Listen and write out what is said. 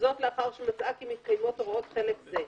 זאת לאחר שמצאה כי מתקיימות הוראות חלק זה,